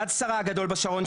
יד שרה הגדול בשרון,